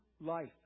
life